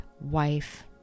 wife